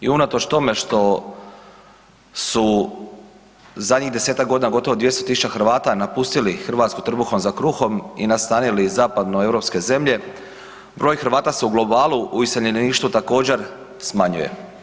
I unatoč tome što su zadnjih 10-ak gotovo 200 000 Hrvata napustili Hrvatsku trbuhom za kruhom i nastanili zapadno europske zemlje, broj Hrvata se u globalu u iseljeništvu također smanjuje.